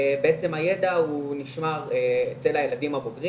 בעצם הידע הוא נשמר אצל הילדים הבוגרים